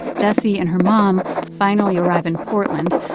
jessie and her mom finally arrive in portland.